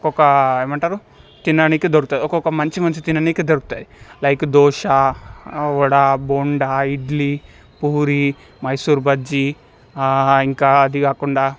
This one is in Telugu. ఒక ఏమంటారు తిననీకి దొరుకుతుంది ఒక్కొక్క మంచి మంచి తిననీకి దొరుకుతాయి లైక్ దోస వడ బోండా ఇడ్లీ పూరి మైసూర్బజ్జి ఇంకా అది కాకుండా